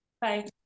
Bye